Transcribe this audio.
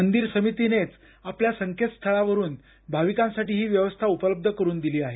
मंदिर समितीनेच आपल्या संकेतस्थळावरुन भाविकांसाठी ही व्यवस्था उपलब्ध करून दिली आहे